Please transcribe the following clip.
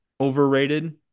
overrated